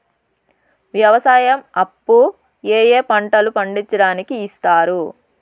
వ్యవసాయం అప్పు ఏ ఏ పంటలు పండించడానికి ఇస్తారు?